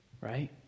right